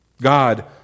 God